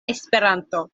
esperanto